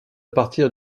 partir